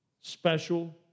special